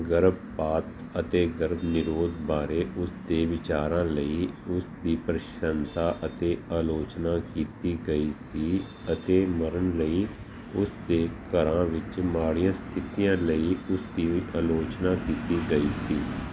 ਗਰਭਪਾਤ ਅਤੇ ਗਰਭ ਨਿਰੋਧ ਬਾਰੇ ਉਸ ਦੇ ਵਿਚਾਰਾਂ ਲਈ ਉਸ ਦੀ ਪ੍ਰਸ਼ੰਸਾ ਅਤੇ ਆਲੋਚਨਾ ਕੀਤੀ ਗਈ ਸੀ ਅਤੇ ਮਰਨ ਲਈ ਉਸ ਦੇ ਘਰਾਂ ਵਿੱਚ ਮਾੜੀਆਂ ਸਥਿਤੀਆਂ ਲਈ ਉਸ ਦੀ ਆਲੋਚਨਾ ਕੀਤੀ ਗਈ ਸੀ